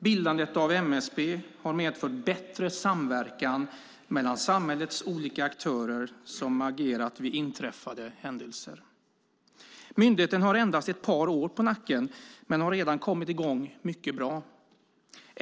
Bildandet av MSB har medfört bättre samverkan mellan samhällets olika aktörer som agerar vid inträffade händelser. Myndigheten har endast ett par år på nacken men har redan kommit i gång mycket bra.